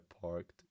parked